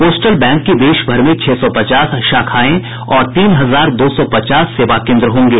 postal bank की देशभर में छह सौ पचास शाखाएं और तीन हजार दो सौ पचास सेवा केन्द्र होंगे